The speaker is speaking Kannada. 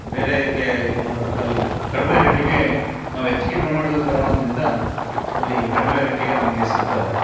ಬೇರೆ ಇದಕ್ಕೆ ಇದು ನೋಡಿದ್ರೆ ಅಲ್ಲಿ ಕಡ್ಮೆ ರೇಟಿಗೆ ನಾವು ಹೆಚ್ಚಿಗೆ ಪ್ರಮಾಣ್ದಲ್ಲಿ ತಗೊಳ್ಳೋದ್ರಿಂದ ಅಲ್ಲಿ ಕಡಿಮೆ ರೇಟಿಗೆ ನಮಗೆ ಸಿಗ್ತದೆ